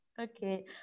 Okay